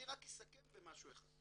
אני רק אסכם במשהו אחד.